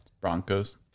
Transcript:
Broncos